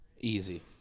Easy